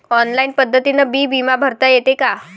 Online पद्धतीनं बी बिमा भरता येते का?